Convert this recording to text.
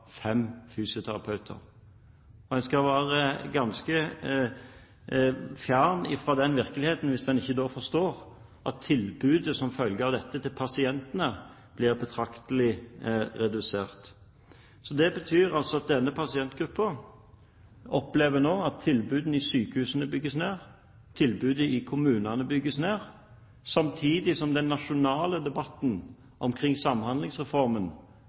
fem fysioterapeuter. Og en skal være ganske fjernt fra virkeligheten hvis en ikke da forstår at tilbudet til pasientene som følge av dette blir betraktelig redusert. Det betyr altså at denne pasientgruppen nå opplever at tilbudet i sykehusene og i kommunene bygges ned. Samtidig dreier den nasjonale debatten omkring Samhandlingsreformen